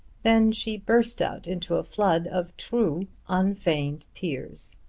then she burst out into a flood of true unfeigned tears.